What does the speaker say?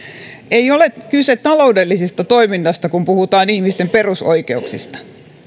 ei ole kyse taloudellisesta toiminnasta kun puhutaan ihmisten perusoikeuksista